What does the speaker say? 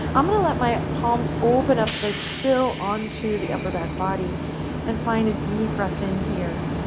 i'm going to let my palms open up as i spill onto the upper back body and find a deep breath in here.